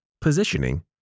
positioning